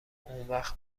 اونوقت